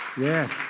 yes